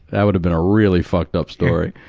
that would have been a really fucked up story.